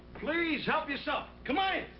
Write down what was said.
please. help yourself. come on in.